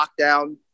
lockdown